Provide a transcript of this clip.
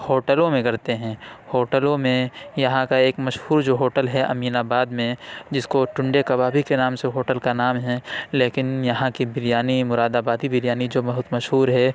ہوٹلوں میں کرتے ہیں ہوٹلوں میں یہاں کا ایک مشہور جو ہوٹل ہے امین آباد میں جس کو ٹنڈے کبابی کے نام سے ہوٹل کا نام ہے لیکن یہاں کی بریانی مُراد آبادی بریانی جو بہت مشہور ہے